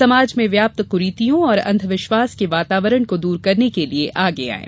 समाज में व्याप्त कुरीतियों और अंधविश्वास के वातावरण को दूर करने के लिये आगे आयें